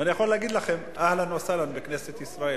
ואני יכול להגיד לכן: אהלן וסהלן בכנסת ישראל.